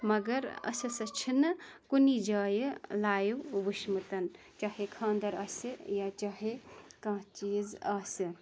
مگر اَسہِ ہَسا چھُنہٕ کُنی جایہِ لایِو وٕچھمُت چاہے کھاندَر آسہِ یا چاہے کانٛہہ چیٖز آسہِ